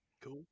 Cool